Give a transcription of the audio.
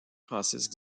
francis